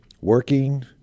working